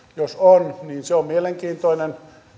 jos olisi niin se on mielenkiintoinen